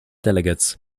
delegates